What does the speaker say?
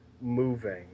moving